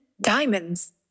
Diamonds